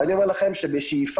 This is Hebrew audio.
אני אומר לכם שבשאיפה,